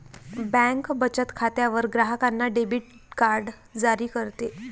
bank बचत खात्यावर ग्राहकांना डेबिट कार्ड जारी करते